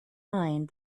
mind